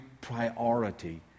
priority